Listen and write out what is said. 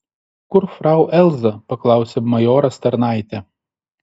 kur frau elza paklausė majoras tarnaitę